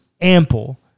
ample